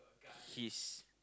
he's